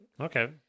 Okay